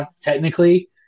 technically